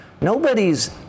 nobody's